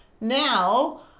Now